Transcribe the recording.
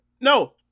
No